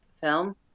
film